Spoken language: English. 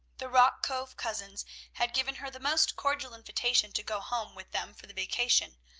the rock cove cousins had given her the most cordial invitation to go home with them for the vacation,